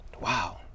Wow